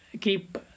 keep